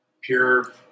pure